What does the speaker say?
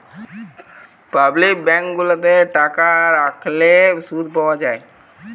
public bank গুলাতে টাকা রাখলে শুধ পাওয়া যায়